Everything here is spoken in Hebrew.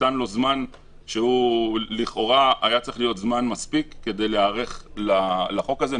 ניתן לו זמן שהוא לכאורה היה צריך להיות זמן מספיק כדי להיערך לחוק הזה,